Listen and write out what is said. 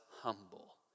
humble